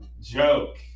joke